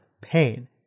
pain